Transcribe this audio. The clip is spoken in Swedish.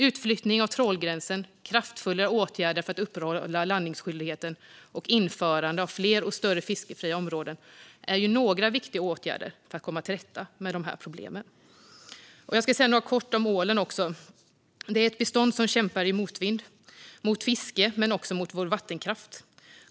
Utflyttning av trålgränsen, kraftfullare åtgärder för att upprätthålla landningsskyldigheten och införande av fler och större fiskefria områden är några viktiga åtgärder för att komma till rätta med problemen. Jag ska också säga något kort om ålen. Det är ett bestånd som kämpar i motvind - mot fiske men också mot vår vattenkraft.